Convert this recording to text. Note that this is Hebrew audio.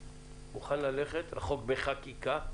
מוכן ללכת רחוק בחקיקה,